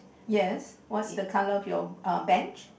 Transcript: yes what's the colour of your um bench